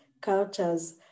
cultures